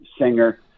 singer